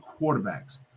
quarterbacks